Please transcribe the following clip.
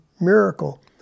miracle